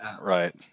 Right